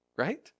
Right